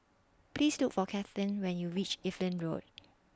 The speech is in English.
Please Look For Katlin when YOU REACH Evelyn Road